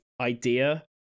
idea